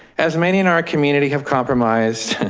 as many in our community have compromised.